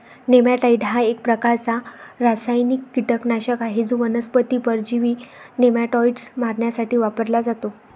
नेमॅटाइड हा एक प्रकारचा रासायनिक कीटकनाशक आहे जो वनस्पती परजीवी नेमाटोड्स मारण्यासाठी वापरला जातो